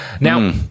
Now